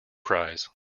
prize